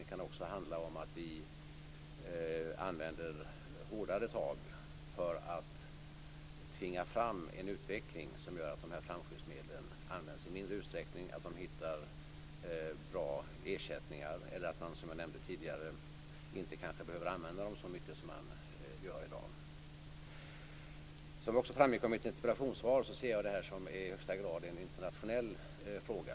Det kan också handla om att vi använder hårdare tag för att tvinga fram en utveckling som gör att flamskyddsmedlen används i mindre utsträckning, att man hittar bra ersättningar eller att man, som jag nämnde tidigare, inte behöver använda dem så mycket som man gör i dag. Som också framgår av interpellationssvaret ser vi det här som en i högsta grad internationell fråga.